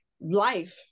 life